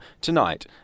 tonight